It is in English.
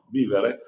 vivere